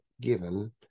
given